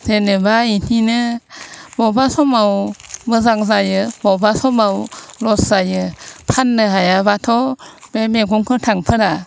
जेनेबा बिदिनो बबेबा समाव मोजां जायो बबेबा समाव लस जायो फाननो हायाबाथ' बे मैगं गोथांफोरा